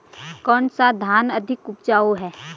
कौन सा धान अधिक उपजाऊ है?